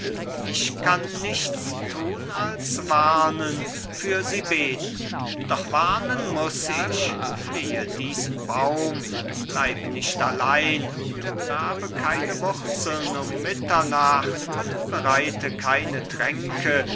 ich kann nichts tun als warnen für sie beten doch warnen muß ich fliehe diesen baum bleib nicht allein und grabe keine wurzeln um mitternacht bereite keine tränke